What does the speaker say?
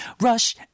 Rush